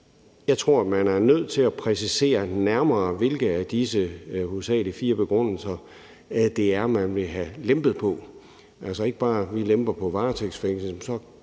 Jeg tror, man er nødt til at præcisere nærmere, hvilke af disse hovedsagelig fire begrundelser det er, man vil have lempet. Hvis man bare siger, at man vil lempe på varetægtsfængslingen, kommer